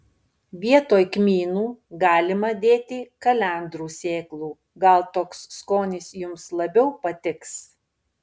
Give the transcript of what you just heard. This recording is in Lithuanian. vietoj kmynų galima dėti kalendrų sėklų gal toks skonis jums labiau patiks